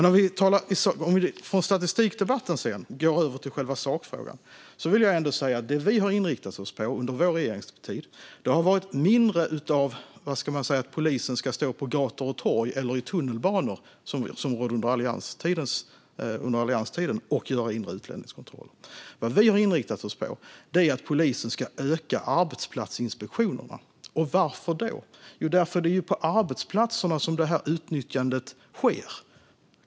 Om vi går över från statistikdebatten till själva sakfrågan vill jag säga att vi under vår regeringstid inte har inriktat oss på att polisen ska stå lika mycket på gator och torg eller i tunnelbanor och göra inre utlänningskontroller som de gjorde under allianstiden. Vi har i stället inriktat oss på att polisen ska öka antalet arbetsplatsinspektioner. Varför då? Jo, det är på arbetsplatserna som utnyttjandet sker.